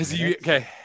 Okay